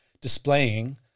Displaying